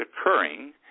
occurring